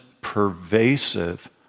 pervasive